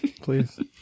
please